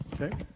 Okay